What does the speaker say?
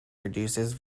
reduces